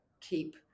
keep